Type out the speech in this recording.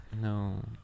No